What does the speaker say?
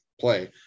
play